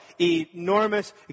enormous